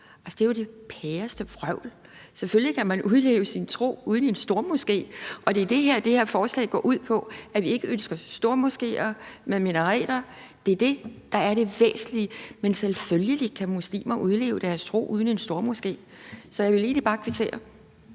det er jo det pæreste vrøvl. Selvfølgelig kan man udleve sin tro uden en stormoské, og det er det, som det her forslag går ud på, altså at vi ikke ønsker stormoskéer med minareter. Det er det, der er det væsentlige, men selvfølgelig kan muslimer udleve deres tro uden en stormoské. Så jeg ville egentlig bare kvittere.